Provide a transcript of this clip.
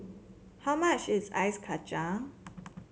how much is Ice Kacang